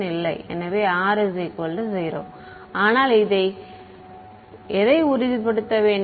எனவே R 0 ஆனால் நீங்கள் எதை உறுதிப்படுத்த வேண்டும்